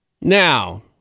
Now